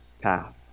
path